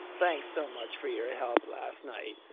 thanks so much for your help last night